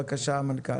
בבקשה המנכ"ל.